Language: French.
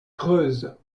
creuse